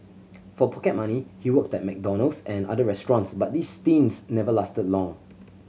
for pocket money he worked at McDonald's and other restaurants but these stints never lasted long